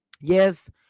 yes